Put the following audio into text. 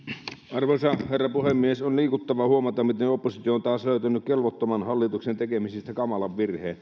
arvoisa herra puhemies on liikuttavaa huomata miten oppositio on taas löytänyt kelvottoman hallituksen tekemisistä kamalan virheen